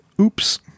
Oops